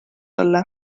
olla